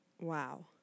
Wow